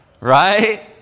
right